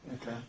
Okay